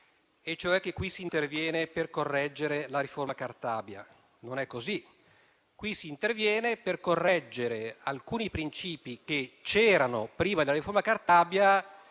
questo caso si interviene per correggere la riforma Cartabia: non è così. Qui si interviene per correggere alcuni princìpi che già esistevano prima della riforma Cartabia